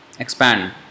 Expand